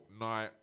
night